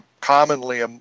commonly